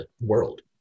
world